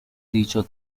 dicho